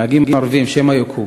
נהגים ערבים שמא יוכו.